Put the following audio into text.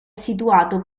situato